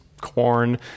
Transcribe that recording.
corn